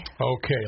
Okay